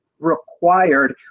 required.